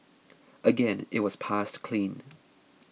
again it was passed clean